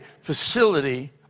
facility